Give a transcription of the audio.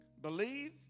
Believe